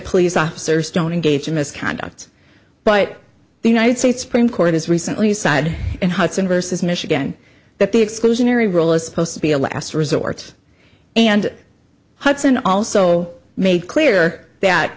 police officers don't engage in misconduct but the united states supreme court has recently side in hudson versus michigan that the exclusionary rule is supposed to be a last resort and hudson also made clear that